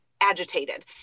agitated